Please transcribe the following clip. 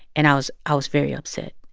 and i was i was very upset.